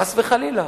חס וחלילה.